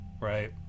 right